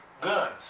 guns